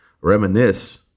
reminisce